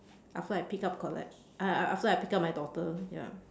after I pick up collette af~ af~ after I pick up my daughter ya